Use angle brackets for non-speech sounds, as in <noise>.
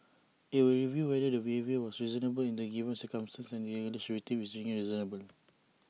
IT will review whether the behaviour was reasonable in the given circumstances and if the alleged victim is being reasonable <noise>